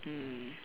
mm